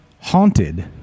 haunted